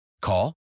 Call